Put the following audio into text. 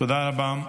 תודה רבה.